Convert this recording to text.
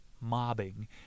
mobbing